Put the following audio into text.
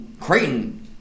Creighton